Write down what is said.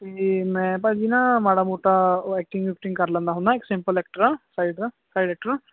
ਤੇ ਮੈਂ ਭਾਅ ਜੀ ਨਾ ਮਾੜਾ ਮੋਟਾ ਐਕਟਿੰਗ ਉਕਟਿੰਗ ਕਰ ਲੈਂਦਾ ਹੁੰਨਾ ਇੱਕ ਸਿੰਪਲ ਐਕਟਰ ਆਂ ਸਾਈਡ ਦਾ ਸਾਈਡ ਐਕਟਰ